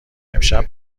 امشب